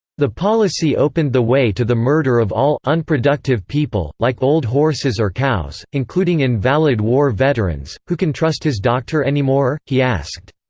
the policy opened the way to the murder of all unproductive people, like old horses or cows, including invalid war veterans who can trust his doctor anymore, he asked.